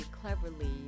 cleverly